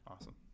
Awesome